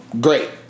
great